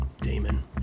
Damon